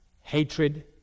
hatred